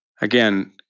Again